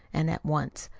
and at once.